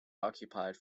occupied